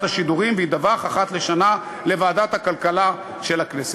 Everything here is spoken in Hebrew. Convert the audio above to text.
השידורים וידווח אחת לשנה לוועדת הכלכלה של הכנסת.